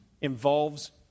involves